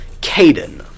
Caden